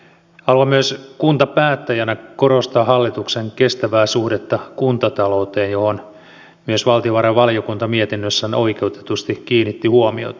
haluan myös kuntapäättäjänä korostaa hallituksen kestävää suhdetta kuntatalouteen johon myös valtiovarainvaliokunta mietinnössään oikeutetusti kiinnitti huomiota